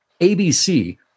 ABC